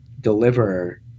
Deliver